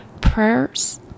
prayers